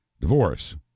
divorce